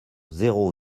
zéro